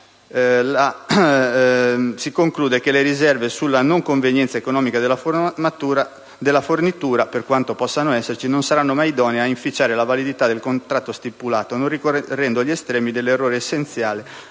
pattuiti, «le riserve sulla non convenienza economica della fornitura, per quanto possano esserci, non saranno mai idonee a inficiare la validità del contratto stipulato, non ricorrendo gli estremi dell'errore essenziale